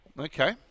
Okay